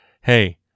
Hey